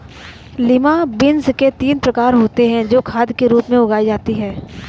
lima beans के तीन प्रकार होते हे जो खाद के रूप में उगाई जाती हें